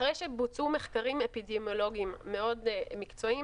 אחרי שבוצעו מחקרים אפידמיולוגיים מקצועיים,